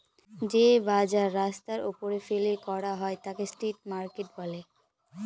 যে বাজার রাস্তার ওপরে ফেলে করা হয় তাকে স্ট্রিট মার্কেট বলে